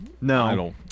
No